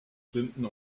clinton